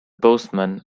postman